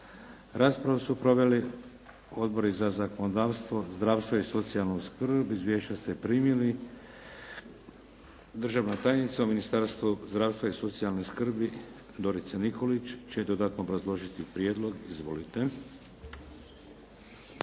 raspravu su proveli Odbori za zakonodavstvo, zdravstvo i socijalnu skrb. Izvješća ste primili. Državna tajnica u Ministarstvu zdravstva i socijalne skrbi Dorica Nikolić će dodatno obrazložiti prijedlog. Izvolite.